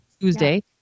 Tuesday